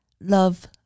love